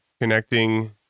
connecting